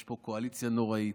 יש פה קואליציה נוראית,